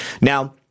Now